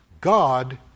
God